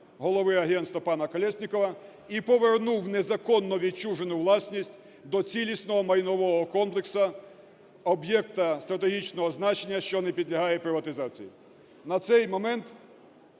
голови агентства пана Колєснікова і повернув незаконно відчужену власність до цілісного майнового комплексу, об'єкта стратегічного значення, що не підлягає приватизації.